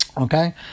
Okay